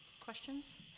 Questions